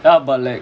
ya but like